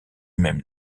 même